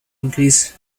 increase